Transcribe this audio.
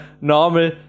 normal